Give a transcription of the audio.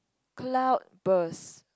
cloud burst